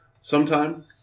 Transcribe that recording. Sometime